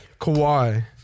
Kawhi